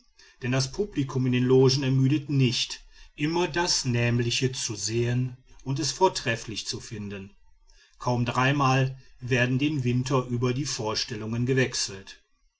denn das publikum in den logen ermüdet nicht immer das nämliche zu sehen und es vortrefflich zu finden kaum dreimal werden den winter über die vorstellungen gewechselt